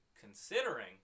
considering